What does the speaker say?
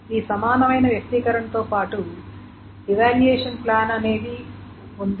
ఈ సమానమైన వ్యక్తీకరణ తో పాటు ఇవాల్యూయేషన్ ప్లాన్ అనేది ఉన్నది